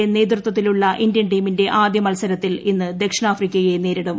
ക്രിക്കറ്റിൽ നേതൃത്വത്തിലുള്ള ഇന്ത്യൻ ടീമിന്റെ ആദ്യ മൽസരത്തിൽ ഇന്ന് ദക്ഷിണാഫ്രിക്കയെ നേരിടും